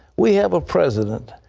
we have a president.